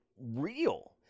real